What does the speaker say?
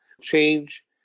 change